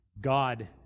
God